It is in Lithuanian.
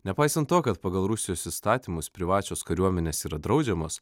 nepaisant to kad pagal rusijos įstatymus privačios kariuomenės yra draudžiamos